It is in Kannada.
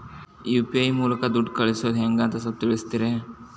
ಯು.ಪಿ.ಐ ಮೂಲಕ ದುಡ್ಡು ಕಳಿಸೋದ ಹೆಂಗ್ ಅಂತ ಸ್ವಲ್ಪ ತಿಳಿಸ್ತೇರ?